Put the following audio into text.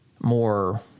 more